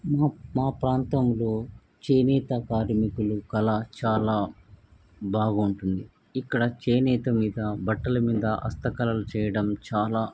మా మా ప్రాంతంలో చేనేత కార్మికులు కళ చాలా బాగుంటుంది ఇక్కడ చేనేత మీద బట్టల మీద హస్తకళలు చేయడం చాలా